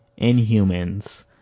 Inhumans